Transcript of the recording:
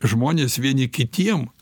žmonės vieni kitiem